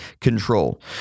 control